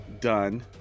done